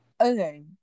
Okay